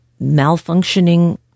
malfunctioning